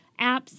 apps